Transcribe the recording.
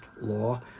law